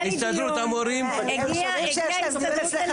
זה מצטרף לשורה של ועדות שלא